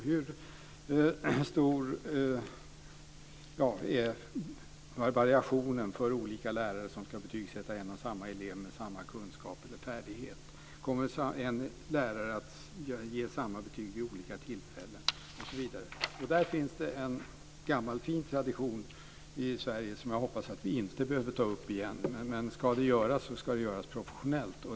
Hur stor är variationen för olika lärare som ska betygssätta en och samma elev med samma kunskap eller färdighet? Kommer en lärare att ge samma betyg vid olika tillfällen? Där finns det en gammal, fin tradition i Sverige som jag hoppas att vi inte behöver ta upp igen. Men ska det göras, så ska det göras professionellt.